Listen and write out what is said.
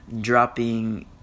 dropping